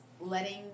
letting